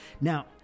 Now